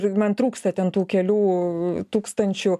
ir man trūksta ten tų kelių tūkstančių